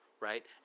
Right